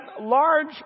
large